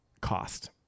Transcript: cost